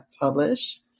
publish